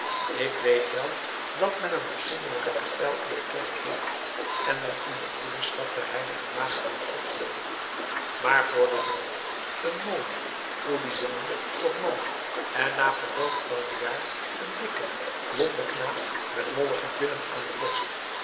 ik weet wel dat men een afzonderlijke kapel in de kerk heeft en men in de broederschap der h maagd wordt opgenomen maar voor den drommel een mooien goeden jongen tot man en na verloop van een jaar een dikken blonden knaap met mollige billen aan de borst